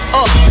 up